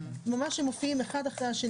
הם ממש מופיעים אחד אחרי השני.